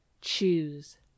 Choose